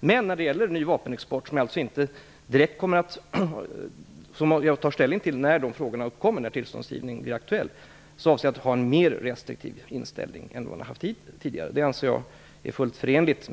Jag kommer när det gäller frågor om ny vapenexport att ta ställning till tillståndsgivning när sådana ärenden blir aktuella, och jag avser att då ha en mer restriktiv inställning än vad man har haft tidigare. Jag anser att det är fullt förenligt